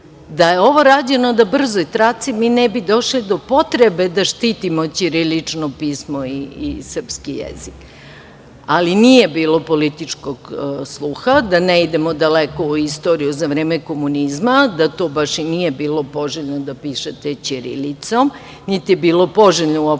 Da je ovo rađeno na brzoj traci, mi ne bi došli do potrebe da štitimo ćirilično pismo i srpski jezik, ali nije bilo političkog sluha, da ne idemo daleko u istoriju za vreme komunizma, da to baš i nije bilo poželjno da pišete ćirilicom, niti je uopšte bilo poželjno da